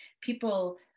people